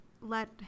let